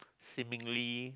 seemingly